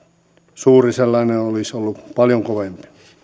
suuri sellainen olisi ollut paljon kovempi